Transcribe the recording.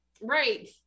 right